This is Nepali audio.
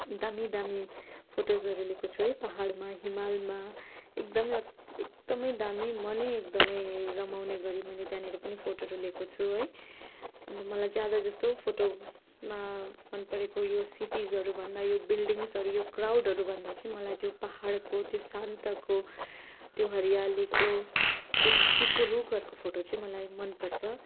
दामी दामी फोटोजहरू लिएको छु है पाहाडमा हिमालमा एकदमै एकदमै दामी मनै एकदमै रमाउने गरी मैले त्यहाँनिर पनि फोटोहरू लिएको छु है अन्त मलाई ज्यादा जस्तो फोटोजमा मनपरेको यो सिटिजहरू भन्दा यो बिल्डिङ्ग्सहरू भन्दा यो क्राउडहरू भन्दा चाहिँ मलाई त्यो पाहाडको त्यो शान्तको त्यो हरियालीको त्यो धुपीको रुखहरूको फोटो चाहिँ मलाई मनपर्छ